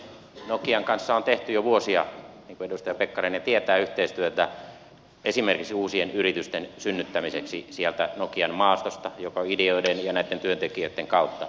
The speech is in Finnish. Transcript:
nokian kanssa on tehty jo vuosia niin kuin edustaja pekkarinen tietää yhteistyötä esimerkiksi uusien yritysten synnyttämiseksi sieltä nokian maastosta joko ideoiden tai näitten työntekijöitten kautta